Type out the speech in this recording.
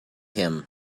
him